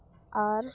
ᱟᱨ